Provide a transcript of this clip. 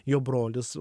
jo brolis